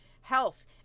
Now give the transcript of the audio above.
health